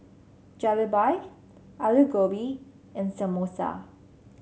Jalebi Alu Gobi and Samosa